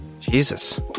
Jesus